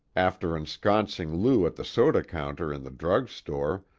after ensconcing lou at the soda counter in the drug-store,